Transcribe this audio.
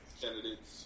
candidates